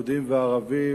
יהודים וערבים,